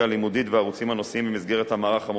הלימודית והערוצים הנושאיים במסגרת המערך המורחב.